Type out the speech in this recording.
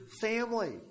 family